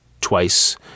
twice